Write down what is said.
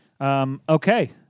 Okay